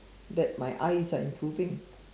that my eyes are improving